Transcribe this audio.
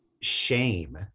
shame